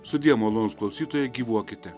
sudie malonūs klausytojai gyvuokite